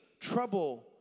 trouble